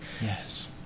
Yes